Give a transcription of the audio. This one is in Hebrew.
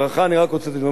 אני רק רוצה לומר,